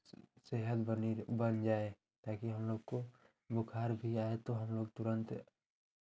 सेहत बनी र बन जाए ताकि हम लोग को बुखार भी आए तो हम लोग तुरंत